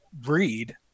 breed